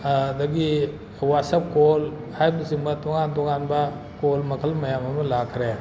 ꯑꯗꯒꯤ ꯋꯥꯆꯞ ꯀꯣꯜ ꯍꯥꯏꯕꯅ ꯆꯤꯡꯕ ꯇꯣꯉꯥꯟ ꯇꯣꯉꯥꯟꯕ ꯀꯣꯜ ꯃꯈꯜ ꯃꯌꯥꯝ ꯑꯃ ꯂꯥꯛꯈꯔꯦ